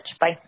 Bye